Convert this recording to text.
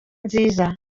nziza